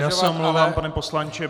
Já se omlouvám, pane poslanče.